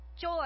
joy